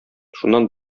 шуннан